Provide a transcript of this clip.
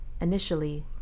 Initially